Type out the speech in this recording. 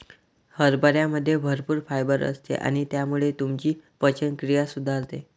हरभऱ्यामध्ये भरपूर फायबर असते आणि त्यामुळे तुमची पचनक्रिया सुधारते